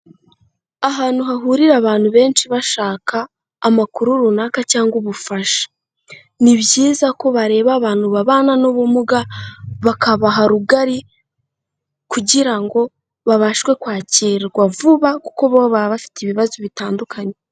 ahantu hahurira abantu benshi bashaka amakuru runaka cyangwa ubufasha, ni byiza ko bareba abantu babana n'ubumuga, bakabaha rugari, kugira ngo babashwe kwakirwa vuba, kuko bo baba bafite ibibazo bitandukanye.